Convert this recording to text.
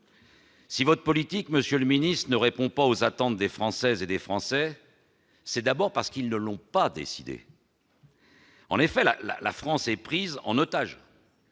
Si votre politique, monsieur le secrétaire d'État, ne répond pas aux attentes des Françaises et des Français, c'est d'abord parce qu'ils ne l'ont pas décidée. La France est prise en otage